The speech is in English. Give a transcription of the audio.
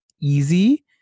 easy